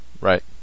right